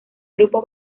grupo